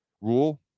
Rule